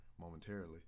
momentarily